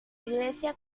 iglesia